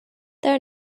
there